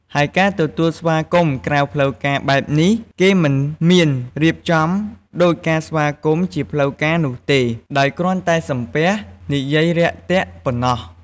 ហើយការទទួលស្វាគមន៍ក្រៅផ្លូវការបែបនេះ គេមិនមានរៀបចំដូចការស្វាគមន៍ជាផ្លូវការនោះទេ ដោយគ្រាន់តែសំពះ និយាយរាក់ទាក់ប៉ុណ្ណោះ។